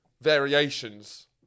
variations